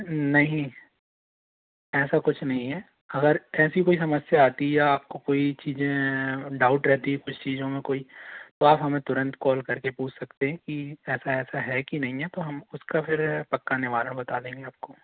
नहीं ऐसा कुछ नहीं है अगर ऐसी कोई समस्या आती है आपको कोई चीज़ें डाउट रहती है कुछ चीज़ों में कोई तो आप हमें तुरंत कॉल कर के पूछ सकते हैं कि ऐसा ऐसा है कि नहीं है निवारण बता देंगे आपको